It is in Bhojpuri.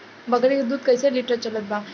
बकरी के दूध कइसे लिटर चलत बा?